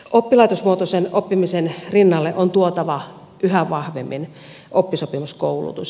oppilaitosmuotoisen oppimisen rinnalle on tuotava yhä vahvemmin oppisopimuskoulutus